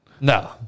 No